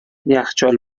یخچال